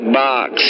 box